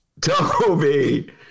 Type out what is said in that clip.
Toby